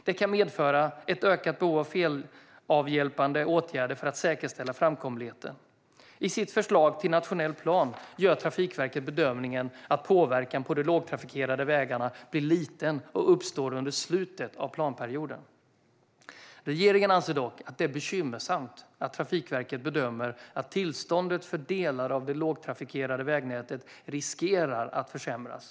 Det kan medföra ett ökat behov av felavhjälpande åtgärder för att säkerställa framkomligheten. I sitt förslag till nationell plan gör Trafikverket bedömningen att påverkan på de lågtrafikerade vägarna blir liten och uppstår under slutet av planperioden. Regeringen anser dock att det är bekymmersamt att Trafikverket bedömer att tillståndet för delar av det lågtrafikerade vägnätet riskerar att försämras.